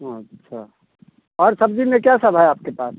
अच्छा और सब्ज़ी में क्या सब है आपके पास